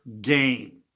game